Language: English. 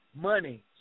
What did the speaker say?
money